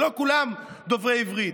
שלא כולם דוברי עברית,